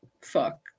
Fuck